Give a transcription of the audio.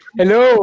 hello